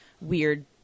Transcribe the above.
weird